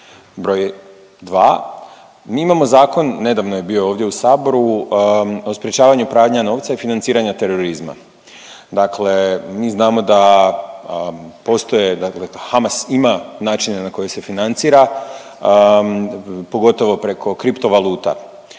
Broj 2, mi imamo Zakon, nedavno je bio ovdje u saboru, o sprječavanju pranja novca i financiranja terorizma, dakle mi znamo da postoje, dakle Hamas ima načine na koje se financira, pogotovo preko kripto valuta,